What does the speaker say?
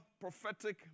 prophetic